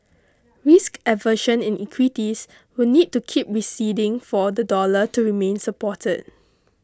risk aversion in equities will need to keep receding for the dollar to remain supported